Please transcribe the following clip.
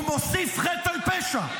הוא מוסיף חטא על פשע.